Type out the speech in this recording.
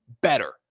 better